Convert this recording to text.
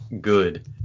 good